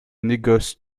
négoce